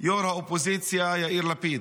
יושב-ראש האופוזיציה יאיר לפיד.